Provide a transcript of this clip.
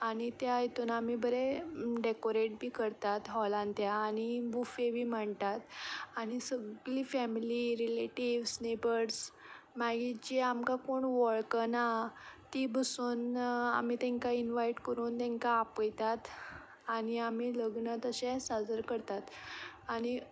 आनी त्या हितून आमी बरें डेकोरेट बी करतात हॉलान त्या आनी बुफे बी मांडटात आनी सगलीं फॅमिली रिलेटीव्स नेबर्स मागीर जी आमकां कोण वळखना ती बसून आमी तेंकां इनवायट करून तेंकां आपयतात आनी आमी लग्न तशें साजरे करतात आनी